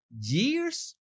years